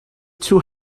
two